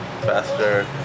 faster